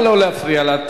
נא לא להפריע לה.